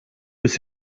bis